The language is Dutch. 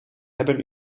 hebben